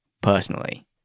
personally